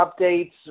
updates